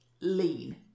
lean